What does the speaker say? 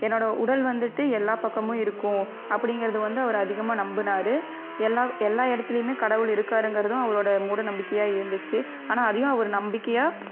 என்னோடய உடல் வந்துட்டு எல்லா பக்கமும் இருக்கும் அப்படிங்குறத வந்து அவர் அதிகமாக அவர் அதிகமாக நம்புனார் எல்லார் எல்லா இடத்திலயுமே கடவுள் இருக்கிறாருங்குறது அவரோட மூடநம்பிக்கையாக இருந்துச்சு ஆனால் அதையும் அவர் நம்பிக்கையா